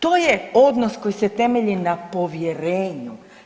To je odnos koji se temelji na povjerenju.